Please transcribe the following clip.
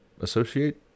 associate